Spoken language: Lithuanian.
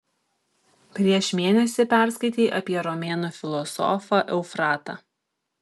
prieš mėnesį perskaitei apie romėnų filosofą eufratą